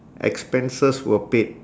expenses were paid